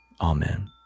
Amen